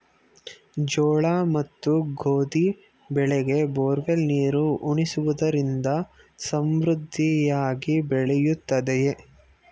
ಜೋಳ ಮತ್ತು ಗೋಧಿ ಬೆಳೆಗೆ ಬೋರ್ವೆಲ್ ನೀರು ಉಣಿಸುವುದರಿಂದ ಸಮೃದ್ಧಿಯಾಗಿ ಬೆಳೆಯುತ್ತದೆಯೇ?